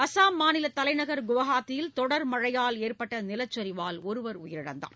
அஸ்ஸாம் மாநிலதலைநகர் குவஹாத்தியில் தொடர்மழையால் ஏற்பட்டநிலச்சரிவால் ஒருவர் உயிரிழந்தார்